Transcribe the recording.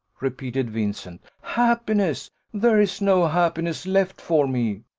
repeated vincent happiness there is no happiness left for me.